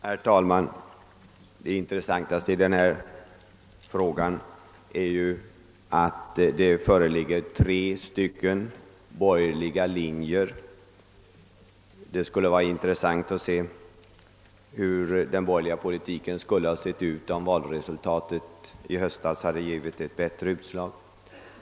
Herr talman! Det mest intressanta i denna fråga är att det föreligger tre borgerliga linjer. Det skulle vara intressant att veta hur den borgerliga politiken skulle ha sett ut, om valet i höstas hade givit ett annat utslag.